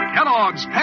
Kellogg's